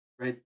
right